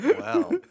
wow